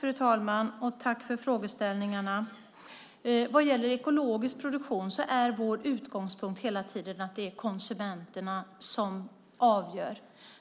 Fru talman! Tack för frågeställningarna! När det gäller ekologisk produktion är vår utgångspunkt hela tiden att det är konsumenterna som avgör.